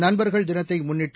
நண்பர்கள் தினத்தை முன்னிட்டு